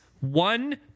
one